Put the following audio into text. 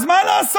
אז מה לעשות,